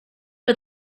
but